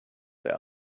there